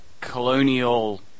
colonial